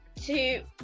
two